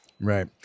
Right